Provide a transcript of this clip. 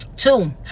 Two